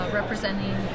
representing